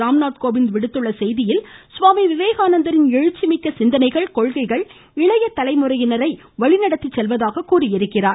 ராம்நாத் கோவிந்த் விடுத்துள்ள செய்தியில் சுவாமி விவேகானந்தரின் எழுச்சிமிக்க சிந்தனைகள் கொள்கைகள் இளைய தலைமுறையினரை வழிநடத்திச் செல்வதாக கூறியுள்ளார்